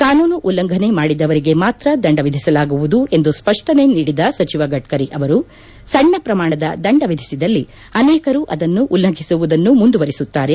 ಕಾನೂನು ಉಲ್ಲಂಘನೆ ಮಾಡಿದವರಿಗೆ ಮಾತ್ರ ದಂಡ ವಿಧಿಸಲಾಗುವುದು ಎಂದು ಸ್ವಷ್ಟನೆ ನೀಡಿದ ಸಚಿವ ಗಡ್ಕರಿ ಅವರು ಸಣ್ಣ ಪ್ರಮಾಣದ ದಂಡ ವಿಧಿಸಿದಲ್ಲಿ ಅನೇಕರು ಅದನ್ನು ಉಲ್ಲಂಘಿಸುವುದನ್ನು ಮುಂದುವರಿಸುತ್ತಾರೆ